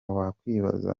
wakwibaza